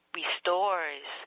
restores